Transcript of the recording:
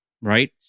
right